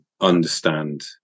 understand